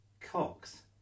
Cox